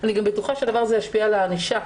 אני גם בטוחה שהדבר הזה ישפיע על הענישה.